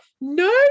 no